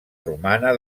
romana